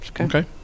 Okay